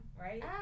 right